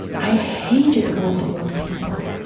i hated all the well people.